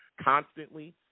constantly